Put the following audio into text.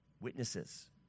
witnesses